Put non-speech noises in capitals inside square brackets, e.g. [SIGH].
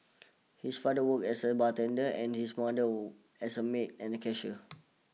his father worked as a bartender and his mother [NOISE] as a maid and a cashier [NOISE]